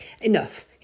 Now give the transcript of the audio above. enough